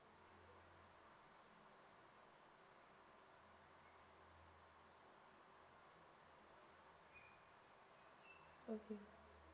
okay